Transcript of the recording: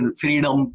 freedom